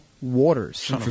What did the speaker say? Waters